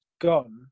gone